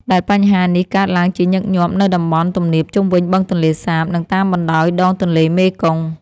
ដែលបញ្ហានេះកើតឡើងជាញឹកញាប់នៅតំបន់ទំនាបជុំវិញបឹងទន្លេសាប និងតាមបណ្តោយដងទន្លេមេគង្គ។